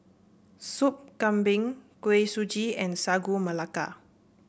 Soup Kambing Kuih Suji and Sagu Melaka